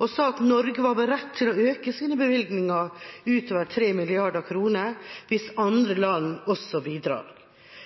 og sa at Norge er beredt til å øke sine bevilgninger utover 3 mrd. kr hvis andre land også bidrar.